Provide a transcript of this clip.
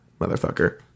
motherfucker